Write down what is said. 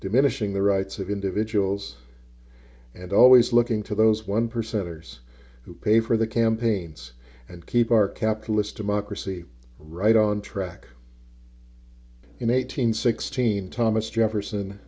diminishing the rights of individuals and always looking to those one percenters who pay for the campaigns and keep our capitalist democracy right on track in eight hundred sixteen thomas jefferson